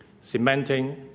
cementing